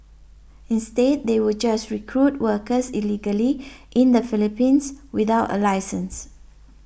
instead they will just recruit workers illegally in the Philippines without a licence